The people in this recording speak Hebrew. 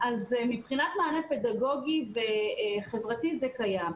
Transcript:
מבחינת מענה פדגוגי וחברתי זה קיים.